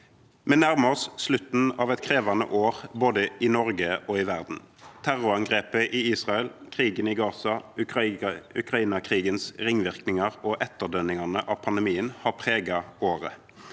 Vi nærmer oss slutten av et krevende år, både i Norge og i verden. Terrorangrepet i Israel, krigen i Gaza, Ukraina-krigens ringvirkninger og etterdønningene av pandemien har preget året.